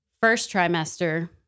first-trimester